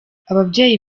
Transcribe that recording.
ababyeyi